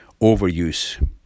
overuse